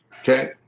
Okay